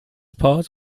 part